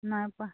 নাই পোৱা